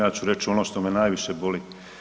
Ja ću reći ono što me najviše boli.